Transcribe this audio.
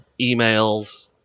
emails